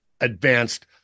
advanced